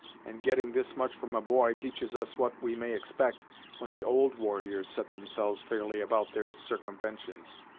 and, getting this much from a boy teaches us what we may expect when the old warriors set themselves fairly about their sarcumventions.